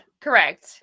Correct